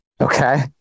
Okay